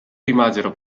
rimasero